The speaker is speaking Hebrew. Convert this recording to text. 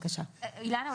אילנה,